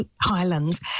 highlands